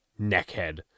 neckhead